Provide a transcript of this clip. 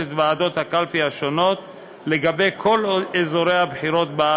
עובדות, ולא עניין של זמן.